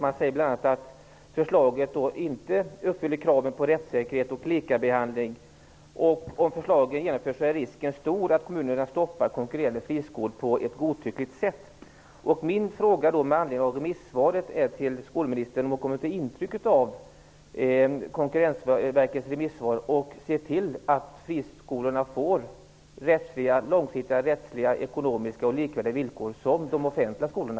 Man säger bl.a. att förslagen inte uppfyller kraven på rättssäkerhet och likabehandling och att om förslagen genomförs är risken stor att kommunerna stoppar konkurrerande friskolor på ett godtyckligt sätt. Min fråga till skolministern med anledning av remissvaret är: Kommer skolministern att ta intryck av Konkurrensverkets remissvar och se till att friskolorna får samma långsiktiga rättsliga, ekonomiska och likvärdiga villkor som de offentliga skolorna?